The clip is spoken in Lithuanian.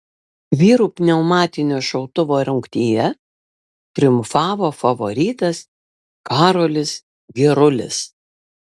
vyrų pneumatinio šautuvo rungtyje triumfavo favoritas karolis girulis